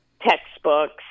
textbooks